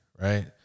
right